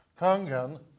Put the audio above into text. kangen